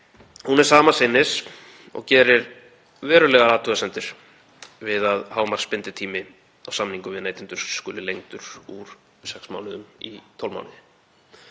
er sama sinnis og gerir verulegar athugasemdir við að hámarksbinditími á samningum við neytendur skuli lengdur úr sex mánuðum í 12 mánuði.